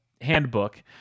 handbook